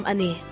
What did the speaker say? Ani